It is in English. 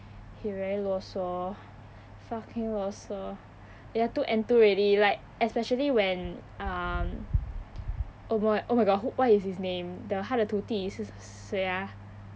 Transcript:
he very 啰嗦 fucking 啰嗦 ya too enthu~ already like especially when um oh my oh my god what is his name the 他的徒弟是谁 ah